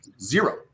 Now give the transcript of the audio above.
Zero